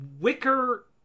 wicker